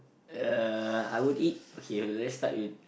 uh I would eat okay let's start with